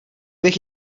bych